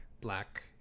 Black